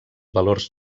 valors